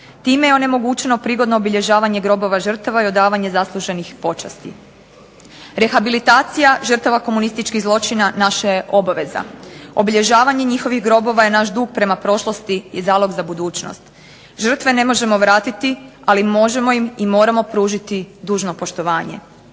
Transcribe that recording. Time je onemogućeno prigodno obilježavanje grobova žrtava i odavanje zasluženih počasti. Rehabilitacija žrtava komunističkih zločina naša je obaveza. Obilježavanje njihovih grobova je naš dug prema prošlosti i zalog za budućnost. Žrtve ne možemo vratiti, ali možemo im i moramo pružiti dužno poštovanje.